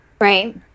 Right